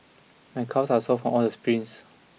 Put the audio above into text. my calves are sore from all the sprints